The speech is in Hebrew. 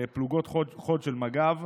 פלוגות חוד של מג"ב,